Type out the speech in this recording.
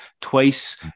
Twice